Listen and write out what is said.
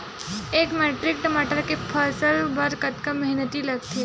एक मैट्रिक टमाटर के फसल बर कतका मेहनती लगथे?